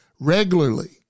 regularly